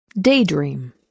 Daydream